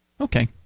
Okay